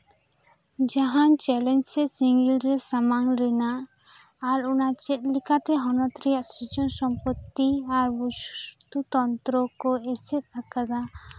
ᱡᱟᱦᱟᱸᱱ ᱪᱮᱞᱮᱧᱡ ᱥᱮ ᱥᱮᱸᱜᱮᱞ ᱨᱮ ᱥᱟᱢᱟᱝ ᱨᱮᱱᱟᱜ ᱟᱨ ᱚᱱᱟ ᱪᱮᱫᱞᱮᱠᱟᱛᱮ ᱦᱚᱱᱚᱛ ᱨᱮᱭᱟᱜ ᱥᱨᱤᱡᱚᱱ ᱥᱚᱢᱯᱚᱛᱛᱤ ᱡᱟᱦᱟᱸ ᱵᱚᱥᱛᱩ ᱛᱚᱱᱛᱨᱚ ᱠᱚ ᱨᱤᱥᱤᱵᱷ ᱟᱠᱟᱫᱟ